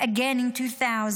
Again in 2000,